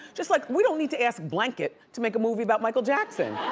just like we don't need to ask blanket to make a movie about michael jackson.